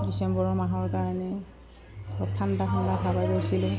ডিচেম্বৰৰ মাহৰ কাৰণে ঠাণ্ডা